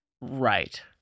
Right